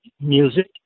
music